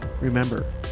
Remember